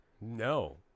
No